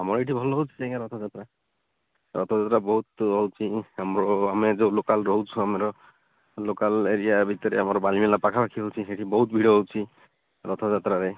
ଆମର ଏଠି ଭଲ ହେଉଛି ଆଜ୍ଞା ରଥଯାତ୍ରା ରଥଯାତ୍ରା ବହୁତ ହେଉଛି ଆମର ଆମେ ଯେଉଁ ଲୋକାଲ୍ ରହୁଛୁ ଆମର ଲୋକାଲ୍ ଏରିଆ ଭିତରେ ଆମର ବାଲିଅନ୍ତା ପାଖାପାଖି ହେଉଛି ସେଇଠି ବହୁତ ଭିଡ଼ ହେଉଛି ରଥଯାତ୍ରାରେ